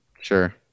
Sure